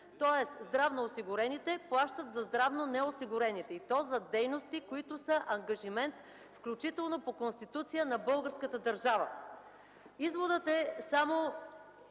Тоест, здравноосигурените плащат за здравнонеосигурените, и то за дейности, които са ангажимент, включително по Конституция, на българската държава. Изводът е само